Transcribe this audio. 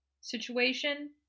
situation